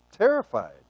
terrified